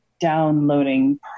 downloading